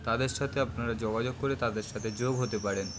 তাদের সাথে আপনারা যোগাযোগ করে তাদের সাথে যোগ হতে পারেন